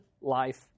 life